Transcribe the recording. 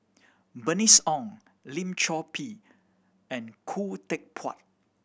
Bernice Ong Lim Chor Pee and Khoo Teck Puat